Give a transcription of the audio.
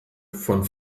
von